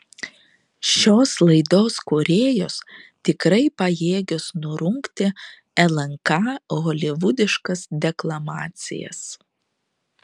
šios laidos kūrėjos tikrai pajėgios nurungti lnk holivudiškas deklamacijas